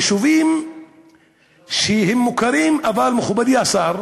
יישובים שהם מוכרים, אבל, מכובדי השר,